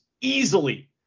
easily